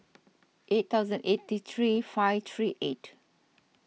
eight thousand eighty three five three eight